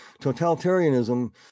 totalitarianism